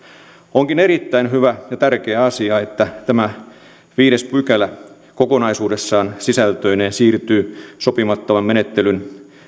onkin erittäin hyvä ja tärkeä asia että tämä viides pykälä kokonaisuudessaan sisältöineen siirtyy sopimattomasta menettelystä